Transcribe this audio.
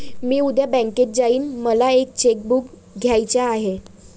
मी उद्या बँकेत जाईन मला एक चेक बुक घ्यायच आहे